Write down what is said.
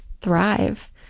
thrive